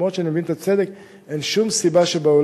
למרות שאני מבין את הצדק, אין שום סיבה בעולם